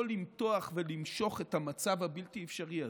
למתוח ולמשוך את המצב הבלתי-אפשרי הזה.